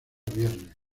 viernes